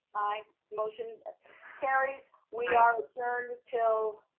aye. motion carries, we are adjourned until